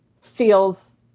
feels